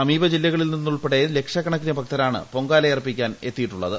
സമീപ ജില്ലകളിൽ നിന്നുൾപ്പെടെ ലക്ഷക്കണക്കിന് ഭക്തരാണ് പൊങ്കായർപ്പിക്കാൻ എത്തിയിട്ടുള്ളത്